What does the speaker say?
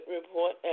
report